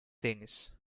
things